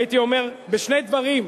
הייתי אומר, בשני דברים: